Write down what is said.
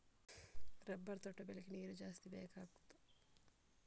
Rubber ತೋಟ ಬೆಳೆಗೆ ನೀರು ಜಾಸ್ತಿ ಬೇಕಾಗುತ್ತದಾ?